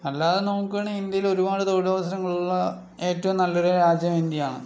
അല്ലാതെ നമുക്ക് വേണമെങ്കിൽ ഇന്ത്യയിൽ ഒരുപാട് തൊഴിൽ അവസരങ്ങൾ ഉള്ള ഏറ്റവും നല്ലൊരു രാജ്യം ഇന്ത്യ ആണ്